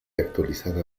actualizada